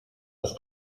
das